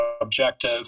objective